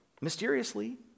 mysteriously